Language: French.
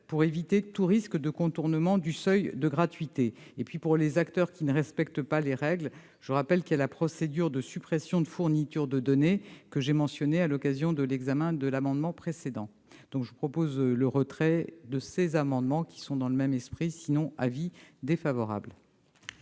pour éviter tout risque de contournement du seuil de gratuité. Pour les acteurs qui ne respectent pas les règles, je rappelle la procédure de suppression de fourniture de données, que j'ai mentionnée à l'occasion de l'examen de l'amendement précédent. Je demande le retrait de ces amendements ; sinon, l'avis sera défavorable.